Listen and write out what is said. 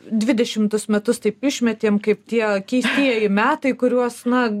dvidešimtus metus taip išmetėm kaip tie keistieji metai kuriuos na